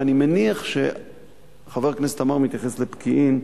ואני מניח שחבר הכנסת עמאר מתייחס לפקיעין,